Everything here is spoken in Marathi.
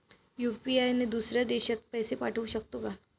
यु.पी.आय ने दुसऱ्या देशात पैसे पाठवू शकतो का?